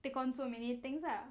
take on so many things lah